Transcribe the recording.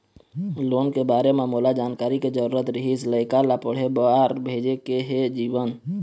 loan के बारे म मोला जानकारी के जरूरत रीहिस, लइका ला पढ़े बार भेजे के हे जीवन